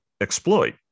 exploit